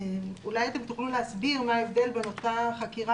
אולי תוכלו להסביר מה ההבדל בין עושה חקירה